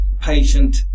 patient